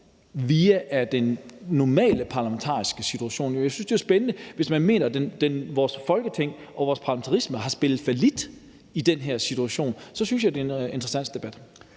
via den normale parlamentariske proces? Jeg synes, det er spændende, hvis man mener, at vores Folketing og vores parlamentarisme har spillet fallit i den her situation. Så synes jeg, det er en interessant debat.